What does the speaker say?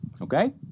Okay